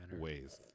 ways